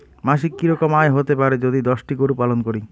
মাসিক কি রকম আয় হতে পারে যদি দশটি গরু পালন করি?